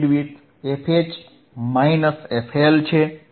bandwidth fH minus fL છે